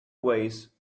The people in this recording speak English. ways